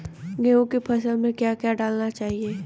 गेहूँ की फसल में क्या क्या डालना चाहिए?